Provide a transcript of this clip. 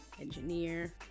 engineer